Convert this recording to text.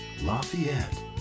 Lafayette